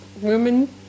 women